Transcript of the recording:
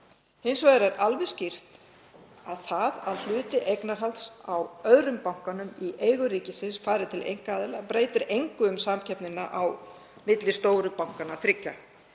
Hins vegar er alveg skýrt að það að hluti eignarhalds á öðrum bankanum í eigu ríkisins fari til einkaaðila breytir engu um samkeppnina á milli stóru bankanna þriggja.